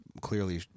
clearly